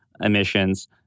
emissions